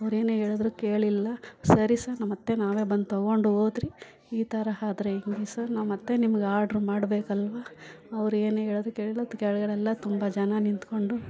ಅವರೇನೇ ಹೇಳಿದ್ರು ಕೇಳಿಲ್ಲ ಸರಿ ಸರ್ ನಾ ಮತ್ತು ನಾವೇ ಬಂದು ತೊಗೊಂಡೋದ್ರಿ ಈ ಥರ ಆದ್ರೆ ಹೆಂಗೆ ಸರ್ ನಾವು ಮತ್ತು ನಿಮ್ಗೆ ಆರ್ಡ್ರ್ ಮಾಡಬೇಕಲ್ವಾ ಅವರೇನೆ ಹೇಳಿದ್ರು ಕೇಳಿಲ್ಲ ಮತ್ತು ಕೆಳಗಡೆ ಎಲ್ಲ ತುಂಬ ಜನ ನಿಂತುಕೊಂಡು